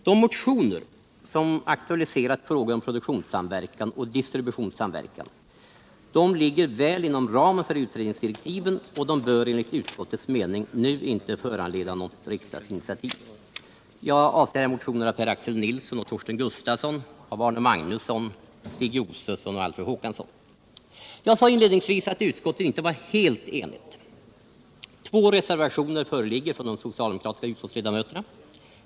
De motioner som aktualiserat frågor om produktionsoch distributionssamverkan ligger väl inom ramen för utredningsdirektiven och bör enligt utskottets mening nu inte föranleda något riksdagsinitiativ. Jag avser här motionerna av Per-Axel Nilsson och Torsten Gustafsson, Arne Magnusson, Stig Josefson och Alfred Håkansson. Jag sade inledningsvis att utskottet inte var helt enigt. Två reservationer föreligger från de socialdemokratiska utskottsledamöterna.